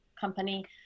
company